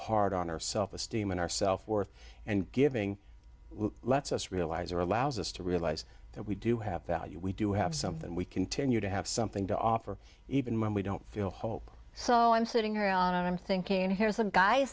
hard on our self esteem and our self worth and giving lets us realize or allows us to realize that we do have value we do have something we continue to have something to offer even when we don't feel hope so i'm sitting here and i'm thinking h